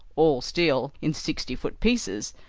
all steel, in sixty-foot pieces,